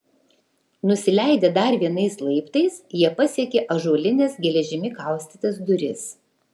nusileidę dar vienais laiptais jie pasiekė ąžuolines geležimi kaustytas duris